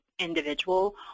individual